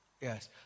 Yes